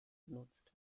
genutzt